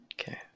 Okay